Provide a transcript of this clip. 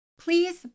Please